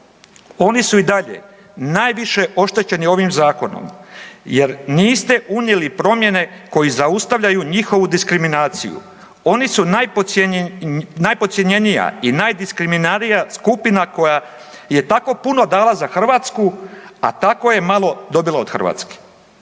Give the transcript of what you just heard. Oni su i dalje najviše oštećeni ovim zakonom, jer niste unijeli promjene koji zaustavljaju njihovu diskriminaciju. Oni su najpodcjenjenija i najdiskriminiranija skupina koja je tako puno dala za Hrvatsku, a tako je malo dobila od Hrvatske.